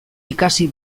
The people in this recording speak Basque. ikasi